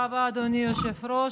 תודה רבה, אדוני היושב-ראש.